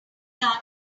yarn